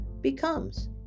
becomes